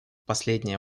последнее